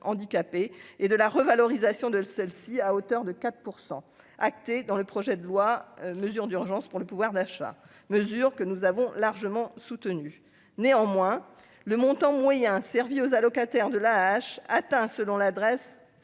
handicapé et de la revalorisation de celle-ci, à hauteur de 4 pour % actée dans le projet de loi, mesures d'urgence pour le pouvoir d'achat, mesures que nous avons largement soutenu néanmoins le montant moyen servie aux allocataires de la H atteint selon l'adresse